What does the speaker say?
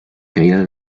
caída